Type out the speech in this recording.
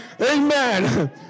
Amen